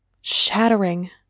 shattering